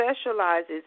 specializes